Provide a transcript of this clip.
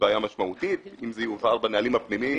בעיה משמעותית אם זה יובהר בנהלים הפנימיים.